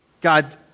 god